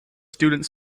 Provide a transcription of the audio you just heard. students